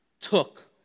took